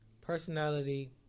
personality